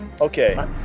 Okay